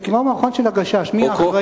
זה כמו המערכון של "הגשש": מי האחראי?